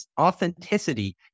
authenticity